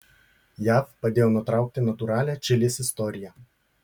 jav padėjo nutraukti natūralią čilės istoriją